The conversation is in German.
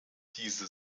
diese